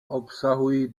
obsahují